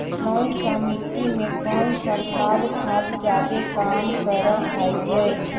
कौन सा मिट्टी मे कौन सा खाद खाद जादे काम कर हाइय?